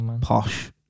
posh